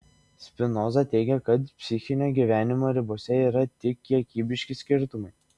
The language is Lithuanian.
spinoza teigia kad psichinio gyvenimo ribose yra tik kiekybiški skirtumai